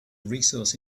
resource